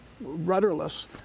rudderless